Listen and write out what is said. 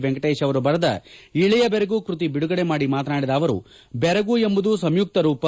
ವೆಂಕಟೇಶ ಅವರು ಬರೆದ ಇಳೆಯ ಬೆರಗು ಕೃತಿ ಬಿಡುಗಡೆ ಮಾಡಿ ಮಾತನಾಡಿದ ಅವರು ಬೆರಗು ಎಂಬುದು ಸಂಯುಕ್ತ ರೂಪ